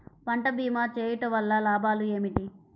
పంట భీమా చేయుటవల్ల లాభాలు ఏమిటి?